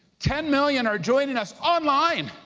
ten million are joining us online,